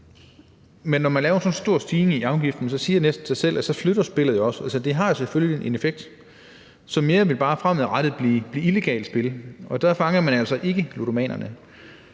Men når man laver sådan en stor stigning i afgiften, siger det næsten sig selv, at så flytter spillet jo også. Det har selvfølgelig den effekt, at mere bare vil blive illegalt spil fremadrettet, og der fanger man altså ikke ludomanerne.